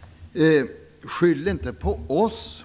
Han säger: Skyll inte EES-avtalet på oss!